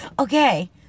Okay